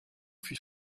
fut